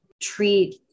treat